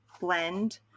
blend